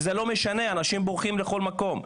וזה לא משנה אנשים בורחים לכל מקום,